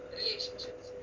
relationships